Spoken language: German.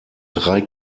drei